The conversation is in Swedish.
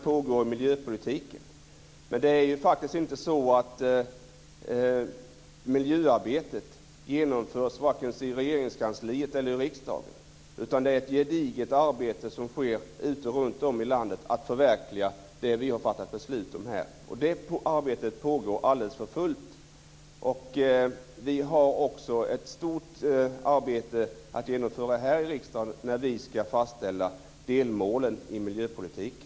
Herr talman! Miljöarbetet genomförs varken i Regeringskansliet eller i riksdagen, utan det är ett gediget arbete som sker runtom i landet, att förverkliga det som vi har fattat beslut om här. Det arbetet pågår för fullt. Vi har också ett stort arbete att genomföra här i riksdagen när vi ska fastställa delmålen i miljöpolitiken.